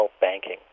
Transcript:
banking